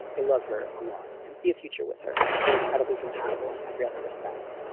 i love her a lot and see a future with her. we're incredibly compatible in every other respect,